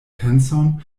penson